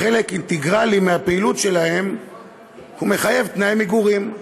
חלק אינטגרלי מהפעילות שלהם מחייב תנאי מגורים.